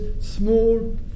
small